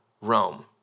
Rome